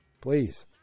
Please